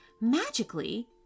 magically